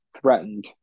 threatened